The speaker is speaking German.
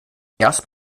erst